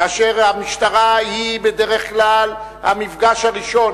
כאשר המשטרה היא בדרך כלל המפגש הראשון,